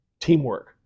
teamwork